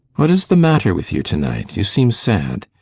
what is the matter with you to-night? you seem sad.